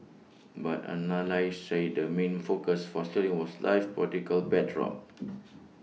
but analysts said the main focus for sterling was life political backdrop